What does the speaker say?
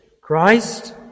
Christ